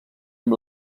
amb